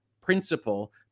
principle